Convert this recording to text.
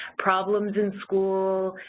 problems in school,